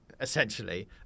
essentially